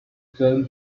then